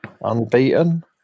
unbeaten